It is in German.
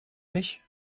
mich